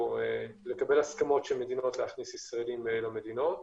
לקבל הסכמות של מדינות להכניס ישראלים למדינות,